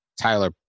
Tyler